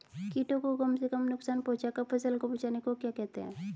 कीटों को कम से कम नुकसान पहुंचा कर फसल को बचाने को क्या कहते हैं?